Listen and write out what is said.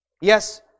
Yes